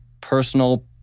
personal